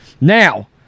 Now